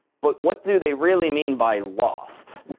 but what do they really mean by lost?